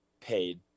paid